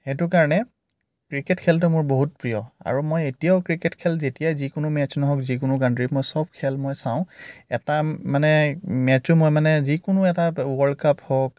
সেইটো কাৰণে ক্ৰিকেট খেলটো মোৰ বহুত প্ৰিয় আৰু মই এতিয়াও ক্ৰিকেট খেল যেতিয়াই যিকোনো মেটচ নহওক যিকোনো কান্ট্ৰিৰ মই সব খেল মই চাওঁ এটা মানে মেটচো মই মানে যিকোনো এটা ৱ'ৰ্ল্ডকাপ হওক